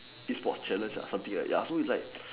E sports challenge ah something like ya so it's like